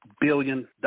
billion